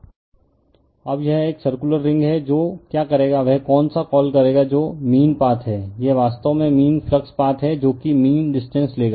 refer slide time 0837 अब यह एक सर्कुलर रिंग है जो क्या करेगा वह कौन सा कॉल करेगा जो मीन पाथ है यह वास्तव में मीन फ्लक्स पाथ है जो की मीन डिस्टेंस लेगा